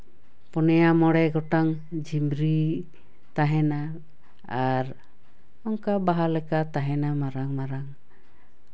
ᱯᱩᱱᱭᱟ ᱢᱚᱬᱮ ᱜᱚᱴᱟᱝ ᱡᱷᱤᱢᱨᱤ ᱛᱟᱦᱮᱱᱟ ᱟᱨ ᱚᱱᱠᱟ ᱵᱟᱦᱟ ᱞᱮᱠᱟ ᱛᱟᱦᱮᱱᱟ ᱢᱟᱨᱟᱝ ᱢᱟᱨᱟᱝ